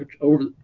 over